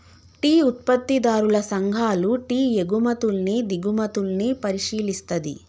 tea ఉత్పత్తిదారుల సంఘాలు tea ఎగుమతుల్ని దిగుమతుల్ని పరిశీలిస్తది